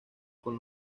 con